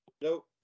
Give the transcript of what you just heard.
No